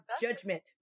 judgment